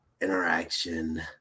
interaction